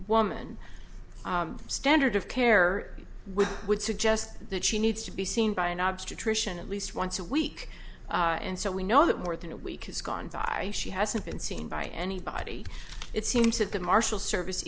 woman standard of care which would suggest that she needs to be seen by an obstetrician at least once a week and so we know that more than a week has gone by she hasn't been seen by anybody it seems that the marshal service